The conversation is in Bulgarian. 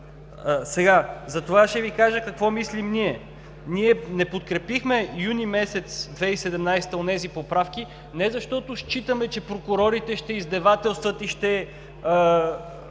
Затова ще Ви кажа какво мислим ние: ние не подкрепихме юни месец 2017 г. онези поправки и не защото считаме, че прокурорите ще издевателстват и ще